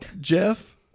Jeff